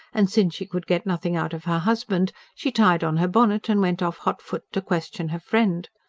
and since she could get nothing out of her husband, she tied on her bonnet and went off hotfoot to question her friend.